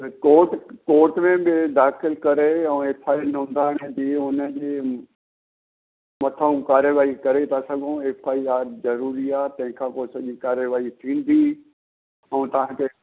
त court court में बि दाख़िल करे ऐं एफ आई नोधाइण जी त हुन जे मथां कार्यवाइ करे था सघूं एफ आई आर ज़रूरी आहे तंहिं खां पोइ सॼी कार्यवाइ थींदी ऐं तव्हांखे